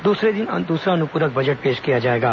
दूसरे दिन दूसरा अनुपूरक बजट पेश किया जाएगा